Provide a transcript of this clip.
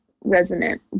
resonant